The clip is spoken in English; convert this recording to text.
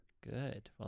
Good